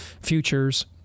futures